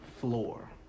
floor